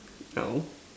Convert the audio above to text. now